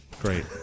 Great